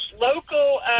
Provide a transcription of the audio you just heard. local